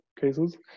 cases